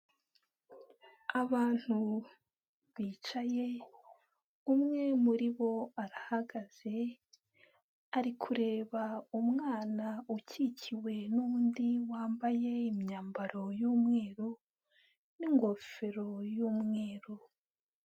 Abantu bicaye, umwe muri bo arahagaze, ari kureba umwana ukikiwe n'undi wambaye imyambaro y'umweru n'ingofero y'umweru.